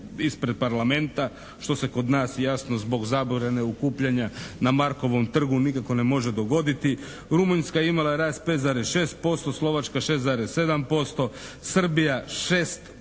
ispred Parlamenta što se kod nas jasno zbog zabrane okupljanja na Markovom trgu nikako ne može dogoditi. Rumunjska je imala rast 5,6%, Slovačka 6,7%, Srbija 6%,